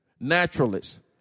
naturalists